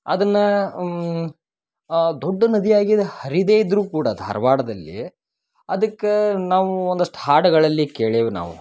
ಅದನ್ನ ದೊಡ್ಡ ನದಿಯಾಗಿ ಹರಿದೇ ಇದ್ದರೂ ಕೂಡ ಧಾರ್ವಾಡದಲ್ಲಿ ಅದಕ್ಕ ನಾವು ಒಂದಷ್ಟು ಹಾಡುಗಳಲ್ಲಿ ಕೇಳೀವಿ ನಾವು